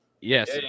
Yes